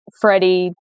Freddie